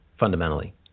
fundamentally